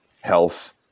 health